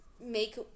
make